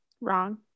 Wrong